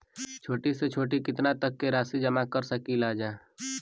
छोटी से छोटी कितना तक के राशि जमा कर सकीलाजा?